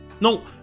No